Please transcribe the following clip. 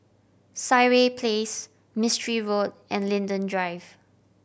Sireh Place Mistri Road and Linden Drive